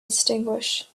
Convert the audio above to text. extinguished